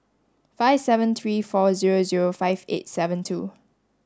five seven three four zero zero five eight seven two